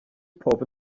pob